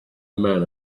man